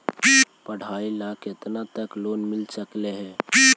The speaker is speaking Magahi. पढाई ल केतना तक लोन मिल सकले हे?